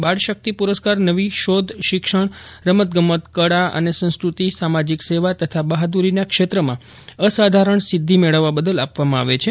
બાળ શક્તિ પુરસ્કાર નવી શોધ શિક્ષણ રમતગમત કલા અને સંસ્કૃતિ સામાજિક સેવા તથા બહાદુરીના ક્ષેત્રમાં અસાધારણ સિધ્ધિ મેળવવા બદલ આપવામાં આવે છે